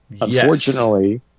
Unfortunately